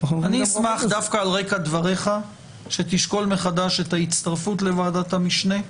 אני אשמח דווקא על רקע דבריך שתשקול מחדש את ההצטרפות לוועדת המשנה.